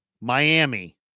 Miami